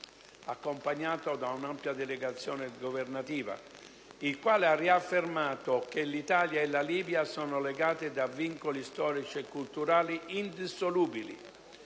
(accompagnato da un'ampia delegazione governativa), il quale ha riaffermato che l'Italia e la Libia sono legate da vincoli storici e culturali indissolubili.